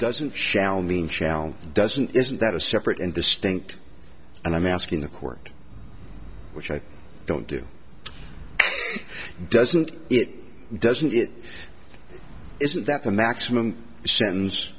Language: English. shall doesn't isn't that a separate and distinct and i'm asking the court which i don't do doesn't it doesn't it isn't that the maximum s